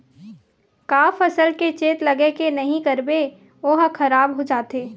का फसल के चेत लगय के नहीं करबे ओहा खराब हो जाथे?